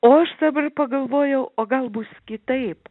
o aš dabar pagalvojau o gal bus kitaip